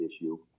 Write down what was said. issue